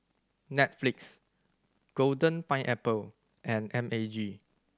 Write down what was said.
Netflix Golden Pineapple and M A G